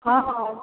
ହଁ ହେଉ